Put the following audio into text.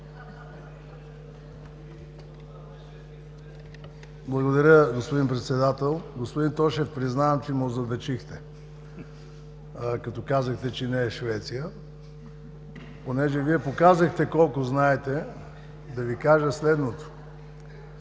Благодаря Ви, господин Председател. Господин Тошев, признавам, че ме разобличихте, като казахте, че не е Швеция. Понеже Вие показахте колко знаете, да Ви кажа следното.